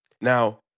Now